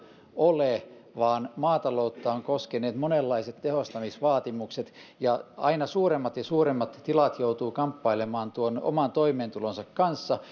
ole vaan maataloutta ovat koskeneet monenlaiset tehostamisvaatimukset ja aina suuremmat ja suuremmat tilat joutuvat kamppailemaan oman toimeentulonsa kanssa